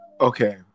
Okay